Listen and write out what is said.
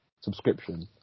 subscription